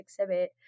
exhibit